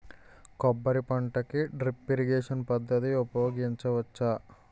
కొబ్బరి పంట కి డ్రిప్ ఇరిగేషన్ పద్ధతి ఉపయగించవచ్చా?